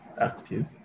active